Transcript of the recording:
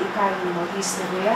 įkalinimo įstaigoje